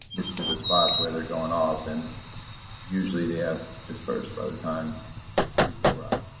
get to the spots where they're going off and usually they have disbursed by the time people arrive.